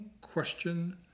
question